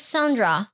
Sandra